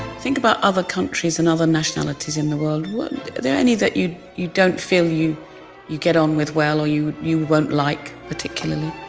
think about other countries and other nationalities in the world. are there any that you you don't feel you you get on with well or you you won't like particularly?